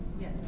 Yes